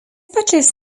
pačiais